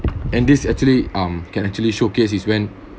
and this actually um can actually showcase is when